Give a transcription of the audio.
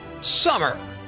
summer